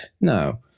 No